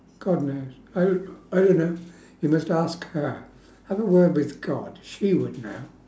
god knows I do~ I don't know you must ask her have a word with god she would know